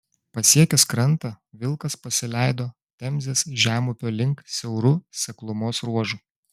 pasiekęs krantą vilkas pasileido temzės žemupio link siauru seklumos ruožu